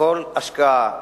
שכל השקעה,